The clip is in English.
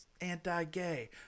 anti-gay